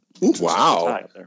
Wow